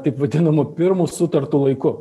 taip vadinamu pirmu sutartu laiku